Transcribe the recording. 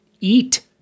eat